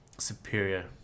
superior